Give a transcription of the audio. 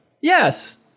Yes